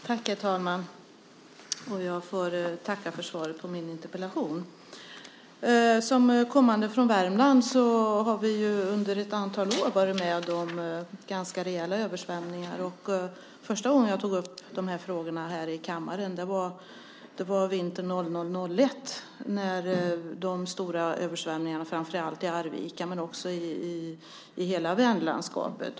Herr talman! Jag får tacka för svaret på min interpellation. Som kommande från Värmland har vi under ett antal år varit med om ganska rejäla översvämningar. Första gången jag tog upp de frågorna här i kammaren var vintern år 2000/01 när de stora översvämningarna ägde rum framför allt i Arvika men också i hela Vänerlandskapet.